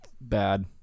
Bad